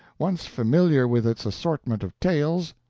once familiar with its assortment of tails,